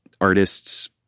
artists